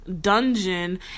dungeon